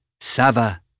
Sava